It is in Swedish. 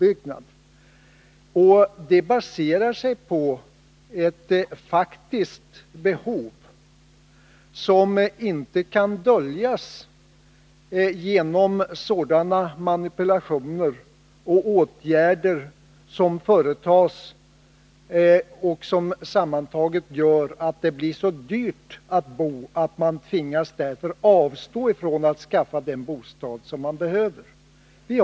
Denna målsättning baserar sig på ett faktiskt behov, som inte kan döljas genom de manipulationer och åtgärder som företas och som gör att det blir så dyrt att bo att många tvingas avstå från att skaffa den bostad de behöver.